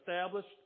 established